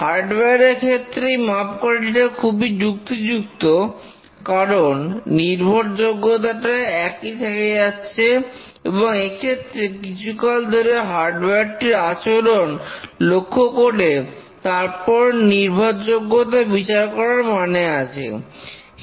hardware এর ক্ষেত্রে এই মাপকাঠিটা খুবই যুক্তিযুক্ত কারণ নির্ভরযোগ্যতাটা একই থেকে যাচ্ছে এবং এক্ষেত্রে কিছুকাল ধরে হার্ডওয়ার টির আচরণ লক্ষ্য করে তারপর নির্ভরযোগ্যতা বিচার করার মানে আছে